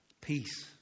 peace